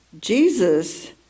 Jesus